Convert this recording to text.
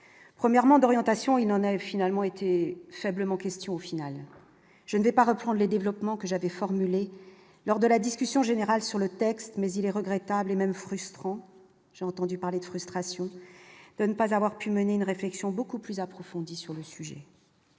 premièrement, d'orientation, il n'en a finalement été faiblement question au final, je n'ai pas reprend les développements que j'avais formulée lors de la discussion générale sur le texte, mais il est regrettable et même frustrant, j'ai entendu parler de frustration de ne pas avoir pu mener une réflexion beaucoup plus approfondie sur le sujet